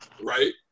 Right